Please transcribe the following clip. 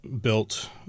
built